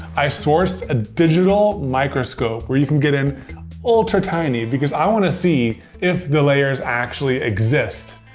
i sourced a digital microscope where you can get in ultra tiny because i want to see if the layers actually exist.